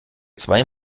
zwei